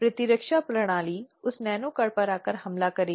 कि उसे विचाराधीन अधिनियम के तहत उचित राहत और उपचार मिले